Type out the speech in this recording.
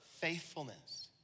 faithfulness